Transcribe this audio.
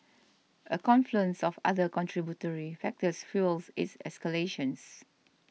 a confluence of other contributory factors fuels its escalations